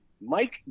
Mike